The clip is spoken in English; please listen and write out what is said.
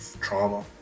trauma